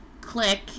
click